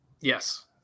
Yes